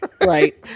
Right